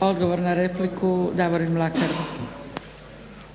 Mlakar. **Mlakar, Davorin (HDZ)**